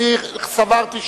אני סברתי שלא.